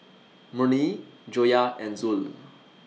Murni Joyah and Zul